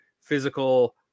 physical